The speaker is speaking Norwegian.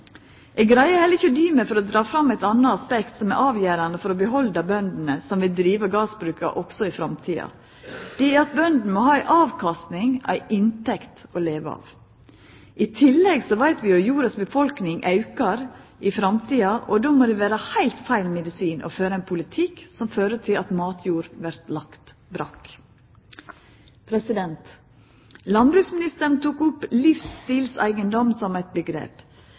Eg greier ikkje dy meg for å dra fram eit anna aspekt som er avgjerande for å behalda bønder som vil driva gardsbruka også i framtida: Det er at bøndene må ha ei avkastning – ei inntekt – å leva av. I tillegg veit vi at jordas befolkning aukar i framtida, og då må det vera heilt feil medisin å føra ein politikk som gjer at matjord vert lagd brakk. Landbruksministeren tok opp livsstilseigedom som eit